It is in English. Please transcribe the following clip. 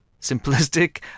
simplistic